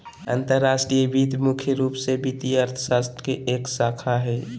अंतर्राष्ट्रीय वित्त मुख्य रूप से वित्तीय अर्थशास्त्र के एक शाखा हय